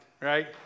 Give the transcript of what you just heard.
right